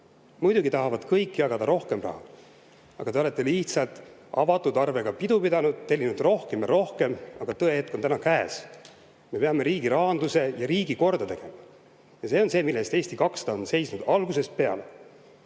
Muidugi tahavad kõik jagada rohkem raha, aga te olete lihtsalt avatud arvega pidu pidanud, tellinud rohkem ja rohkem, aga tõehetk on täna käes. Me peame riigi rahanduse ja riigi korda tegema. Ja see on see, mille eest Eesti 200 on seisnud algusest peale.